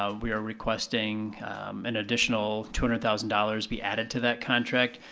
ah we are requesting an additional two hundred thousand dollars be added to that contract.